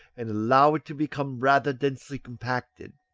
and allow it to become rather densely compacted.